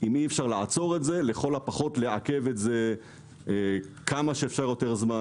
אם אי אפשר לעצור את זה אז לכל הפחות לעכב את זה כמה שאפשר יותר זמן.